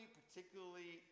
particularly